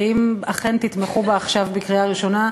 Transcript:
שאם אכן תתמכו בה עכשיו בקריאה ראשונה,